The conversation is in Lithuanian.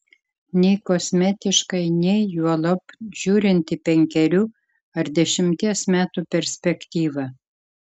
nei kosmetiškai nei juolab žiūrint į penkerių ar dešimties metų perspektyvą